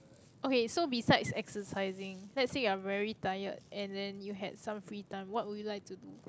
okay so besides exercising let's say you're very tired and then you had some free time what would you like to do